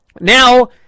Now